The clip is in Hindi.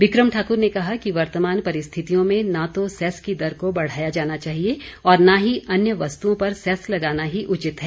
बिक्रम ठाक्र ने कहा कि वर्तमान परिस्थितियों में न तो सैस की दर को बढ़ाया जाना चाहिए और न ही अन्य वस्तुओं पर सैस लगाना ही उचित है